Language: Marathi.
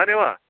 अरे वा